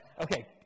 okay